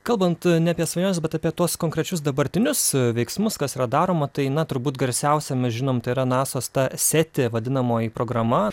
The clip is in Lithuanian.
kalbant ne apie svajones bet apie tuos konkrečius dabartinius veiksmus kas yra daroma tai na turbūt garsiausia mes žinom tai yra nasos ta seti vadinamoji programa